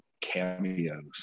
cameos